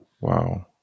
wow